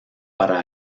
para